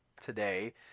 today